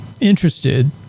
interested